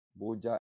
Boja